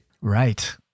Right